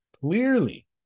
clearly